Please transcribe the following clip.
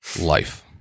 life